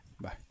Bye